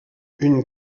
une